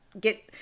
get